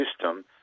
system